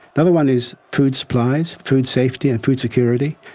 another one is food supplies, food safety and food security,